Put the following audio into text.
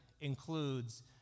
includes